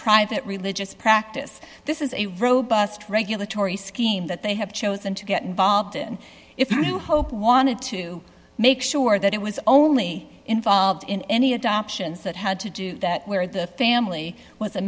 private religious practice this is a robust regulatory scheme that they have chosen to get involved in if new hope wanted to make sure that it was only involved in any adoptions that had to do that where the family was